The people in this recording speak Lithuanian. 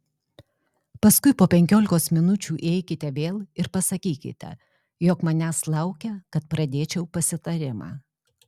paskui po penkiolikos minučių įeikite vėl ir pasakykite jog manęs laukia kad pradėčiau pasitarimą